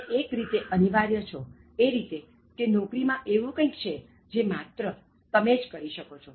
તમે એક રીતે અનિવાર્ય છો એ રીતે કે નોકરી માં એવું કઈંક છે જે માત્ર તમે જ કરી શકો છો